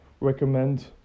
recommend